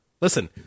Listen